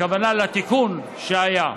הכוונה לתיקון שהיה.